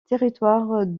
territoire